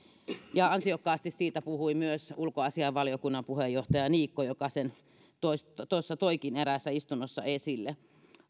ja ansiokkaasti siitä puhui myös ulkoasiainvaliokunnan puheenjohtaja niikko joka sen toikin eräässä istunnossa esille